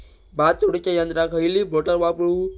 भात झोडूच्या यंत्राक खयली मोटार वापरू?